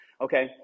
Okay